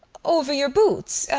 over your boots,